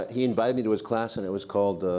he invited me to his class, and it was called